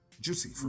Juicy